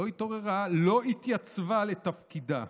לא התעוררה, לא התייצבה לתפקידה.